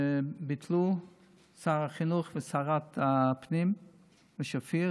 ששר החינוך ושרת הפנים ביטלו.